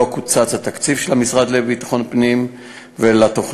קוצץ התקציב של המשרד לביטחון הפנים לתוכנית.